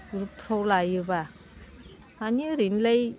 ग्रुपफ्राव लायोब्ला मानि ओरैनोलाय